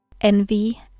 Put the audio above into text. envy